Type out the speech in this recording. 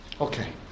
Okay